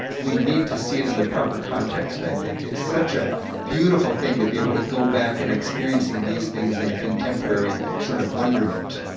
we need to see it in the proper context, i think. it's such a beautiful thing to be able to go back and experiencing these things in a contemporary sort of wonderment.